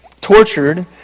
tortured